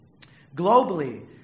Globally